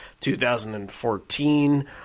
2014